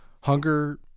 Hunger